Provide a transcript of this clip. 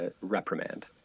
reprimand